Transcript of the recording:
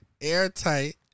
Airtight